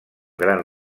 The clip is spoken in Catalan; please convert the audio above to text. gran